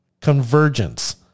convergence